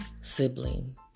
sibling